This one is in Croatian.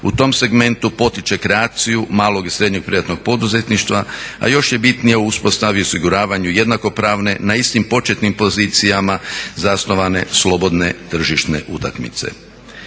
u tom segmentu potiče kreaciju malog i srednjeg privatnog poduzetništva a još je bitnija u uspostavi i osiguravanju jednakopravne na istim početnim pozicijama zasnovane slobodne tržišne utakmice.